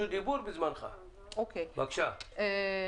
בדיקה של הסנכרון של המונה,